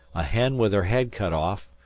a hen with her head cut off,